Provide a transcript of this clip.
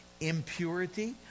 impurity